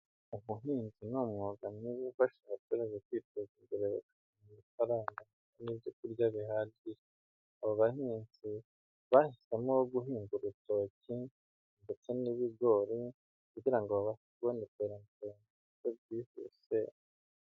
Ubuhinzi ni umwuga mwiza ufasha abaturage kwiteza imbere bakabona amafaranga n'ibyo kurya bihagije. Aba bahinzi bahisemo guhinga ibitoki ndetse n'ibigori kugira ngo babashe kubona iterambere mu buryo bwihuse.